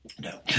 No